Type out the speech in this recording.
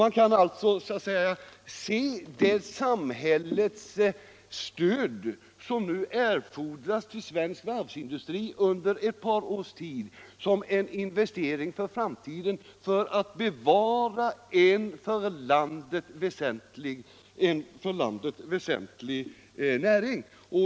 Man kan alltså se det stöd från samhället som nu erfordras till svensk varvsindustri under ett par års tid som en investering för framtiden för att bevara en för landet väsentlig näring.